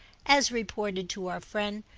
as reported to our friend,